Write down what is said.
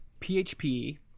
PHP